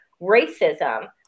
racism